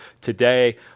today